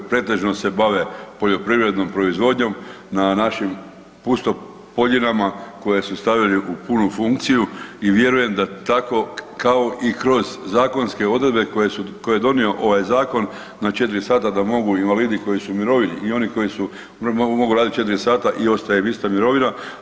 Pretežno se bave poljoprivrednom proizvodnjom na našim pustopoljinama koje su stavili u punu funkciju i vjerujem da tako kao i kroz zakonske odredbe koje je donio ovaj zakon na četiri sata da mogu invalidi koji su u mirovini i oni koji su, mogu raditi četiri sata i ostaje im ista mirovina.